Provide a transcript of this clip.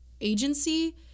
agency